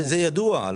זה ידוע.